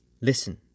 listen